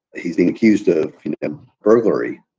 he's been accused of burglary,